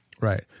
Right